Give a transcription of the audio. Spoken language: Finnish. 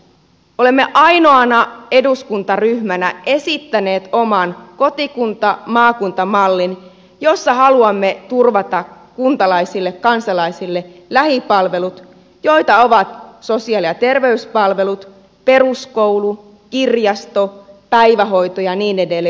olemme ainoana eduskuntaryhmänä esittäneet oman kotikuntamaakunta mallin jossa haluamme turvata kuntalaisille kansalaisille lähipalvelut joita ovat sosiaali ja terveyspalvelut peruskoulu kirjasto päivähoito ja niin edelleen